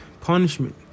punishment